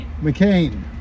McCain